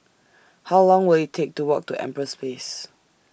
How Long Will IT Take to Walk to Empress Place